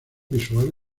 visual